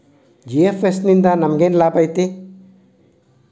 GFS ನಿಂದಾ ನಮೆಗೆನ್ ಲಾಭ ಐತಿ?